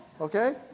okay